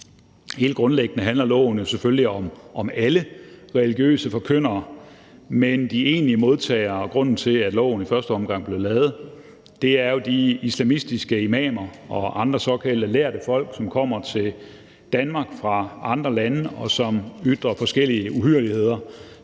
Helt grundlæggende handler loven selvfølgelig om alle religiøse forkyndere, men den egentlige målgruppe og grunden til, at loven i første omgang blev lavet, er jo de islamistiske imamer og andre såkaldte lærde folk, som kommer til Danmark fra andre lande, og som ytrer forskellige uhyrligheder,